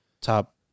top